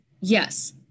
yes